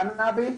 קנאביס